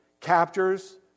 captures